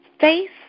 face